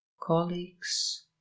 colleagues